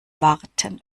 warten